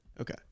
Okay